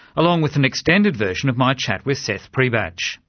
along with an extended version of my chat with seth priebatsch.